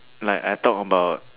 like I talk about